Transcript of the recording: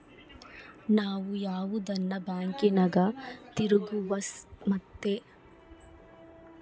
ನಾವು ಯಾವುದನ ಬ್ಯಾಂಕಿನಗ ಹಿತಿರುಗುವ ಮತ್ತೆ ಸ್ಥಿರ ಠೇವಣಿಯನ್ನ ನಮ್ಮ ತೆರಿಗೆಯನ್ನ ಉಳಿಸಕ ಮಾಡಬೊದು